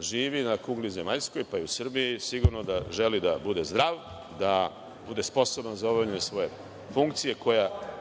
živi na kugli zemaljskoj, pa i u Srbiji, sigurno želi da bude zdrav, da bude sposoban za obavljanje svoje funkcije,